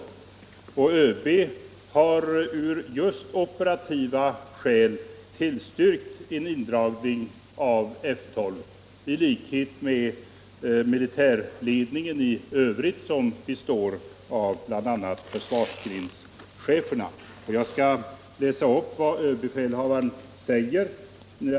Överbefälhavaren har av just operativa skäl tillstyrkt en indragning av F 12, i likhet med militärledningen i övrigt, som består av bl.a. försvarsgrenscheferna. Jag skall läsa upp ett stycke av överbefälhavarens uttalande.